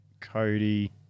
Cody